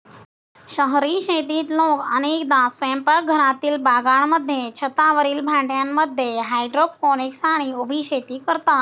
शहरी शेतीत लोक अनेकदा स्वयंपाकघरातील बागांमध्ये, छतावरील भांड्यांमध्ये हायड्रोपोनिक्स आणि उभी शेती करतात